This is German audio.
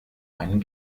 einen